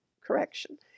correction